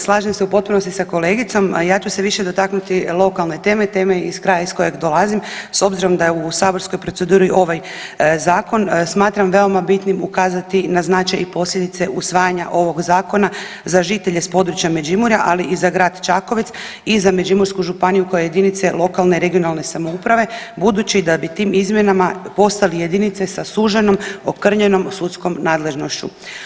Slažem se u potpunosti sa kolegicom, a ja ću se više dotaknuti lokalne teme, teme iz kraja iz kojeg dolazim s obzirom da je u saborskoj proceduri ovaj zakon smatram veoma bitnim ukazati na značaj i posljedice usvajanja ovog zakona za žitelje s područja Međimurja, ali i za grad Čakovec i za Međimursku županiju kao i jedinice lokalne i regionalne samouprave budući da bi tim izmjenama postali jedinice sa suženom, okrnjenom sudskom nadležnošću.